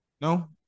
no